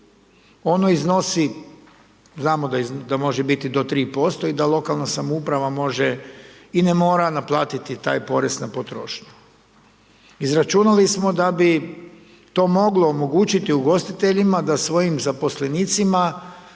ono iznosi, znamo da može biti do 3% i da lokalna samouprava može i ne mora naplatiti taj porez na potrošnju. Izračunali smo da bi to moglo omogućiti ugostiteljima da svojim zaposlenicima